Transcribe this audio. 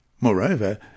Moreover